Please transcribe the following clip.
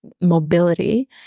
mobility